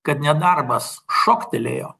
kad nedarbas šoktelėjo